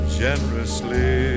generously